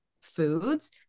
foods